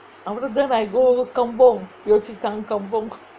after that I go kampung yio chu kang kampung